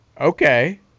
Okay